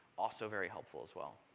also very helpful as well.